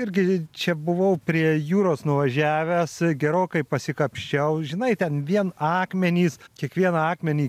irgi čia buvau prie jūros nuvažiavęs gerokai pasikapsčiau žinai ten vien akmenys kiekvieną akmenį